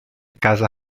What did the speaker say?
casa